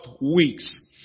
Weeks